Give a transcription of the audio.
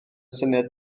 syniad